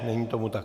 Není tomu tak.